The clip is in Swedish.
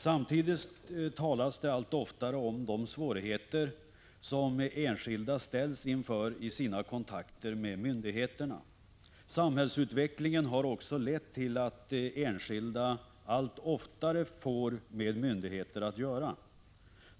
Samtidigt talas det allt oftare om de svårigheter som enskilda ställs inför i sina kontaker med myndigheterna. Samhällsutvecklingen har också lett till att enskilda allt oftare får med myndigheter att göra.